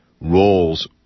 roles